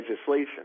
legislation